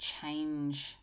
change